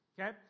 okay